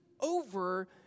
over